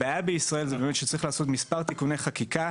הבעיה בישראל, היא שצריך לעשות מספר תיקוני חקיקה.